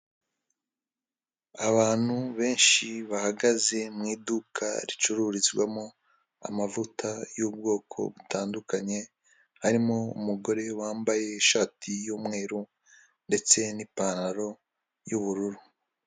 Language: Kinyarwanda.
Abantu benshi bahagaze mu iduka ricururizwamo amavuta y'ubwoko butandukanye, harimo umugore wambaye ishati y'umweru ndetse n'ipantaro y'ubururu.